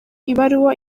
ibaruwa